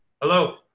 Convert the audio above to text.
hello